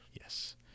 Yes